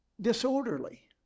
disorderly